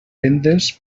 vendes